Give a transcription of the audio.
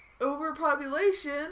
overpopulation